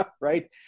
right